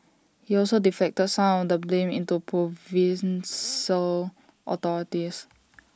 he also deflected some of the blame into provincial authorities